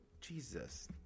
Jesus